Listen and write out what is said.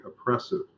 oppressive